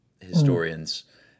historians